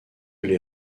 les